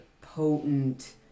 potent